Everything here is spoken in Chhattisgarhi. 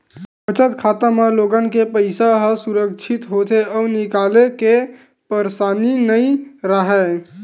बचत खाता म लोगन के पइसा ह सुरक्छित होथे अउ निकाले के परसानी नइ राहय